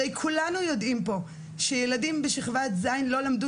הרי כולנו יודעים פה שילדים בשכבת ז' לא למדו